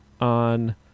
on